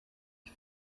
ich